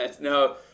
No